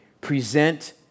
present